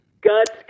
Guts